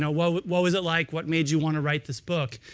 so what what was it like? what made you want to write this book?